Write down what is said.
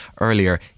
earlier